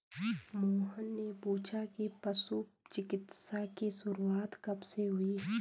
मोहन ने पूछा कि पशु चिकित्सा की शुरूआत कब से हुई?